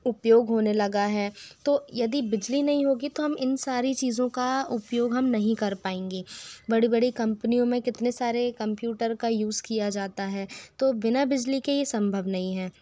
उपयोग होने लगा है तो यदि बिजली नही होगी तो हम इन सारी चीज़ों का उपयोग हम नहीं कर पाऍंगे बड़ी बड़ी कम्पनियों में कितने सारे कम्प्यूटर का यूज़ किया जाता है तो बिना बिज़ली के ये संभव नही है